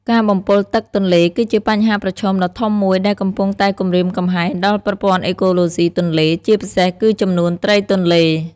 ការបំពុលទឹកទន្លេគឺជាបញ្ហាប្រឈមដ៏ធំមួយដែលកំពុងតែគំរាមកំហែងដល់ប្រព័ន្ធអេកូឡូស៊ីទន្លេ ជាពិសេសគឺចំនួនត្រីទន្លេ។